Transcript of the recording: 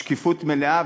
שקיפות מלאה.